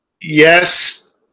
Yes